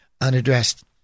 unaddressed